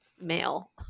male